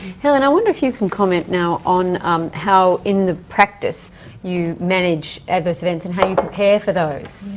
helen, i wonder if you can comment now on how in the practice you manage adverse events and how you prepare for those?